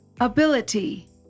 ability